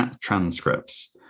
transcripts